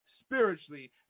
Spiritually